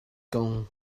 kong